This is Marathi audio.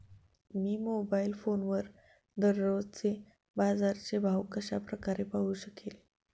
मी मोबाईल फोनवर दररोजचे बाजाराचे भाव कशा प्रकारे पाहू शकेल?